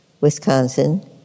Wisconsin